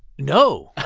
no